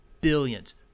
billions